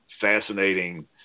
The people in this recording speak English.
fascinating